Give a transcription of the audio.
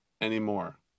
anymore